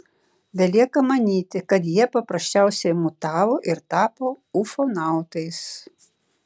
belieka manyti kad jie paprasčiausiai mutavo ir tapo ufonautais